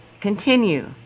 continue